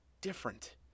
different